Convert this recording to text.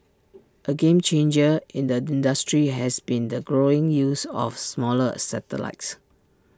A game changer in the industry has been the growing use of smaller satellites